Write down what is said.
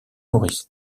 maurice